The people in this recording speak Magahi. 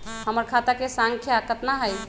हमर खाता के सांख्या कतना हई?